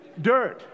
Dirt